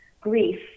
grief